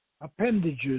appendages